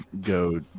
GO